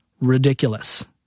ridiculous